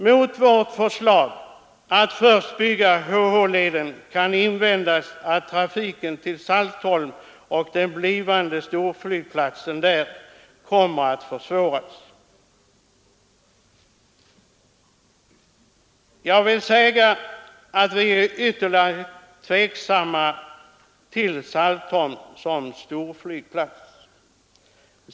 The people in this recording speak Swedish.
Mot vårt förslag att först bygga HH-leden kan invändas att trafiken till Saltholm och den blivande storflygplatsen där kommer att försvåras. Jag vill säga att vi är ytterligt tveksamma till Saltholm som storflygplats.